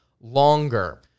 longer